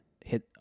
hit